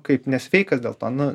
kaip nesveikas dėl to nu